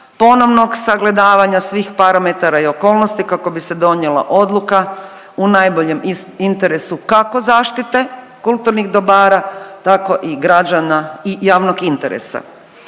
ponovnog sagledavanja svih parametara i okolnosti kako bi se donijela odluka u najboljem interesu kako zaštite kulturnih dobara tako i građana i javnog interesa.